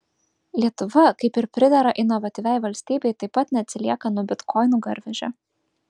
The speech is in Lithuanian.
lietuva kaip ir pridera inovatyviai valstybei taip pat neatsilieka nuo bitkoinų garvežio